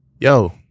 yo